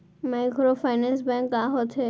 Microfinance bank का होथे?